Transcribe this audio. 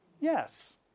Yes